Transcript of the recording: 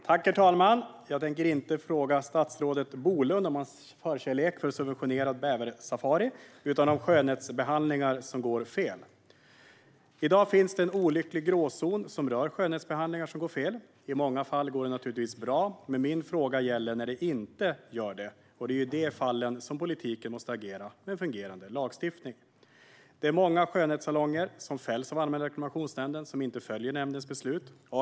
Herr talman! Jag tänker inte fråga statsrådet Bolund om hans förkärlek för subventionerad bäversafari utan fråga honom om skönhetsbehandlingar som går fel. I dag finns det en olycklig gråzon som rör skönhetsbehandlingar som går fel. I många fall går de naturligtvis bra. Men min fråga gäller när de inte gör det. Det är i dessa fall som politiken måste agera med en fungerande lagstiftning. Det är många skönhetssalonger som fälls av Allmänna reklamationsnämnden men som inte följer nämndens beslut.